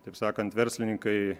taip sakant verslininkai